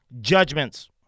Judgments